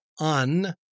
Un